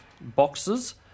Boxes